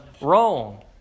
wrong